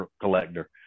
collector